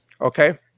Okay